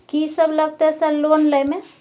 कि सब लगतै सर लोन लय में?